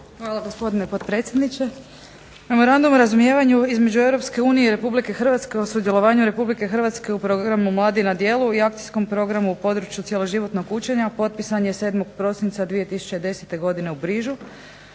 Hvala gospodine potpredsjedniče. Memorandum o razumijevanju između EU i RH o sudjelovanju RH u Programu mladi na djelu i Akcijskom programu u području cjeloživotnog učenja potpisan je 7. prosinca 2010. godine u Brugeu.